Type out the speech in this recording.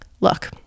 Look